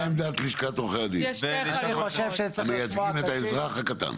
מה עמדת לשכת עורכי הדין שמייצגת את האזרח הקטן.